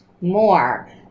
more